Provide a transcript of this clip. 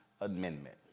Amendment